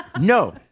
No